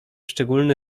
szczególny